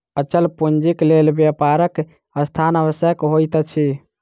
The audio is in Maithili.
अचल पूंजीक लेल व्यापारक स्थान आवश्यक होइत अछि